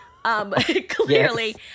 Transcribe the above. Clearly